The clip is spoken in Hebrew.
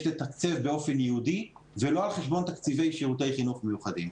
לתקצב באופן ייעודי לא על חשבון תקציבי שירותי חינוך מיוחדים.